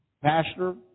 Pastor